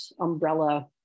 umbrella